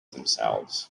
themselves